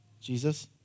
Jesus